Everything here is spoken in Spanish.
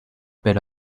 pero